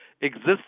exists